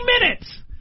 minutes